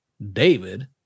David